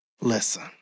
Listen